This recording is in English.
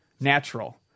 natural